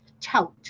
tout